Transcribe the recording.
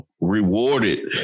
rewarded